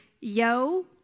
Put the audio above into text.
yo